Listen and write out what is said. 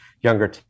younger